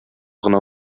гына